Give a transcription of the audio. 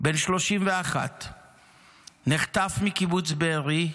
בן 31. נחטף מקיבוץ בארי,